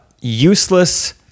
Useless